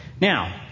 Now